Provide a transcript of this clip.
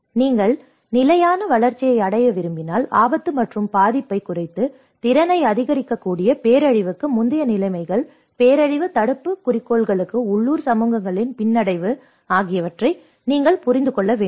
எனவே நீங்கள் நிலையான வளர்ச்சியை அடைய விரும்பினால் ஆபத்து மற்றும் பாதிப்பைக் குறைத்து திறனை அதிகரிக்கக்கூடிய பேரழிவுக்கு முந்தைய நிலைமைகள் பேரழிவு தடுப்பு குறிக்கோளுக்கு உள்ளூர் சமூகங்களின் பின்னடைவு ஆகியவற்றை நீங்கள் புரிந்து கொள்ள வேண்டும்